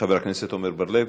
חבר הכנסת עמר בר-לב,